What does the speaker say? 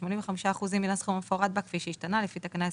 מי נמנע?